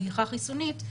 הדעיכה החיסונית,